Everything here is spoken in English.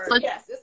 yes